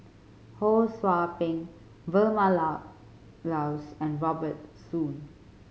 Ho Sou Ping Vilma Laus and Robert Soon